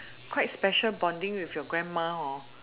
quite special bonding with your grandma hor